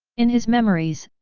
in his memories,